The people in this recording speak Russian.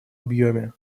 объеме